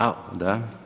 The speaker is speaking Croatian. A da.